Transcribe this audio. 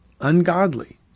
ungodly